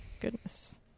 Goodness